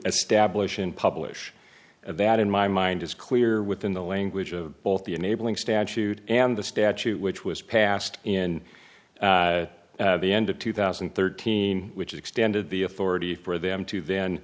establish and publish that in my mind is clear within the language of both the enabling statute and the statute which was passed in the end of two thousand and thirteen which extended the authority for them to then